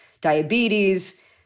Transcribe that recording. diabetes